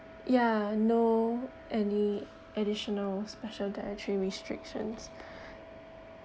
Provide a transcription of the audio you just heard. ya no any additional special dietary restrictions